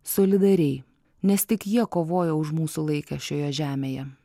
solidariai nes tik jie kovojo už mūsų laiką šioje žemėje